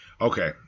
Okay